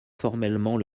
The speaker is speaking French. formellement